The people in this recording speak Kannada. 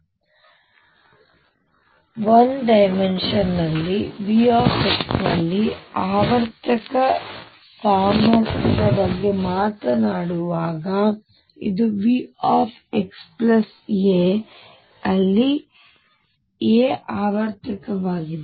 ಆದ್ದರಿಂದ ನಾನು 1D V ನಲ್ಲಿ ಆವರ್ತಕ ಸಾಮರ್ಥ್ಯದ ಬಗ್ಗೆ ಮಾತನಾಡುವಾಗ ಇದು V xa ಅಲ್ಲಿ a ಆವರ್ತಕವಾಗಿದೆ